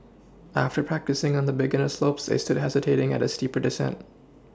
after practising on the beginner slopes they stood hesitating at a steeper descent